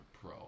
Pro